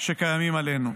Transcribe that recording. שקיימים עלינו.